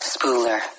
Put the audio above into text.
Spooler